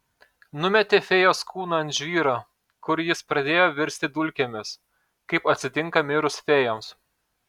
numetė fėjos kūną ant žvyro kur jis pradėjo virsti dulkėmis kaip atsitinka mirus fėjoms